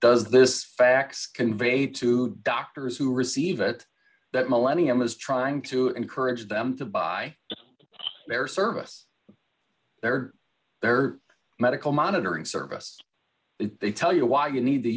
does this fax convey to doctors who receive it that millennium is trying to encourage them to buy their service there there are medical monitoring service they tell you why you need to